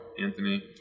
Anthony